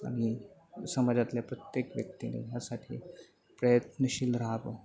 आणि समाजातल्या प्रत्येक व्यक्तीने ह्यासाठी प्रयत्नशील राहावं